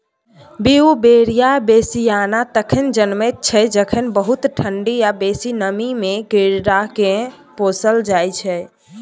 Beauveria bassiana तखन जनमय छै जखन बहुत ठंढी या बेसी नमीमे कीड़ाकेँ पोसल जाइ छै